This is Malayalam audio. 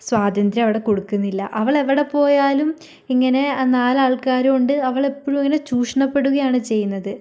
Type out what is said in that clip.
സ്വാതന്ത്ര്യം അവിടെ കൊടുക്കുന്നില്ല അവൾ എവിടെ പോയാലും ഇങ്ങനെ നാലാൾക്കാര് കൊണ്ട് അവൾ എപ്പോഴും ഇങ്ങനെ ചൂഷണപ്പെടുകയാണ് ചെയ്യുന്നത്